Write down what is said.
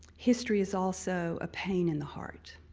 history is also a pain in the heart.